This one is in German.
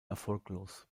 erfolglos